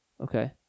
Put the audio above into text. Okay